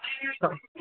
अं